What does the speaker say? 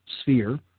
sphere